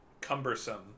cumbersome